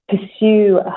pursue